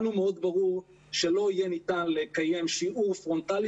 לנו מאוד ברור שלא יהיה ניתן לקיים שיעור פרונטלי